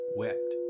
wept